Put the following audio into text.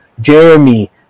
jeremy